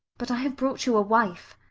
but i have brought you a wife.